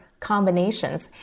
Combinations